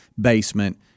basement